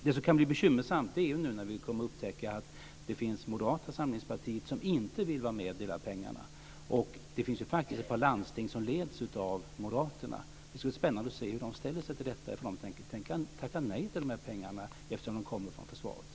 Det som kan bli bekymmersamt är när vi kommer att upptäcka att Moderata samlingspartiet inte vill vara med och dela pengarna. Det finns faktiskt också ett par landsting som leds av Moderaterna. Det ska bli spännande att se hur de ställer sig till detta, ifall de tänker tacka nej till de här pengarna eftersom de kommer från försvaret.